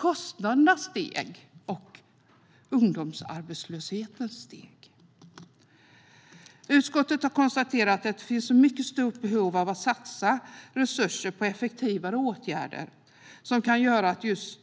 Kostnaderna steg, och ungdomsarbetslösheten steg. Utskottet har konstaterat att det finns ett mycket stort behov av att satsa resurser på effektivare åtgärder som kan göra att just